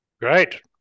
Great